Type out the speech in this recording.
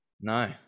No